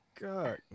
God